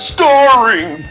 Starring